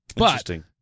Interesting